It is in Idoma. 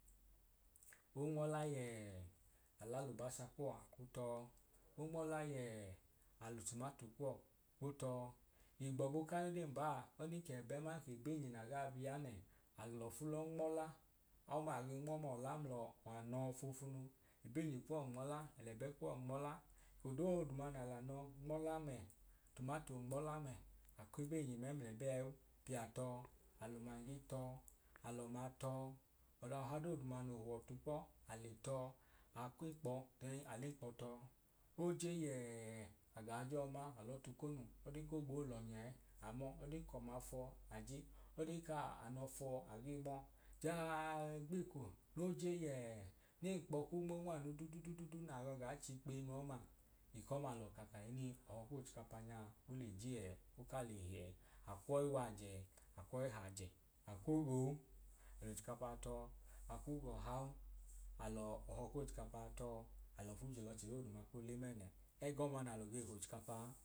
Onmọla ye̱, alalubasa kuo̱a kpotọ, onmọla yẹ alotumato kuọ kpotọ, gbobu ka yodeyi nba, odan kẹbẹ aman kebenyi nagn bi ane alọfu lọnmọka, ọma age mnọma ọla mlanọ fofunu, ebenyi kọ nmola ẹbek nmọla, eko doduma nalano kuọ nmọla mẹ, otumato nmọla mẹ akwebenyi mẹmlẹbẹ ayi piyatọ, alumangi tọ alọma tọ, oɗa oh dodu mohuwo̱tu kpo aletọ, akwenkpowu n!Ale tọ, oje yẹẹ aga joma alọtokonu, oden kogbo lọnye, ọɗan ko̱ma fọ aje. Ojeka nọfọ age mo, jaa gbeko noje yẹẹ nenkpọ kwu nmo nmanu dududu nano ga chikpeyinu ọma. Eko'ma alọ ka kahini ọho kochikapa nya oleje ẹ oka leli, akwọwu wije akwoyi hajẹ ẹ oka lehi, akwọwu wijẹ akwoyi hajẹ, akwogomu alochikapa tọ aka kwogo ohawu alọhọ kochikapa tọ, alọfu je loche doduma kole mẹnẹ, egọma nalọ ge hochikapa'a.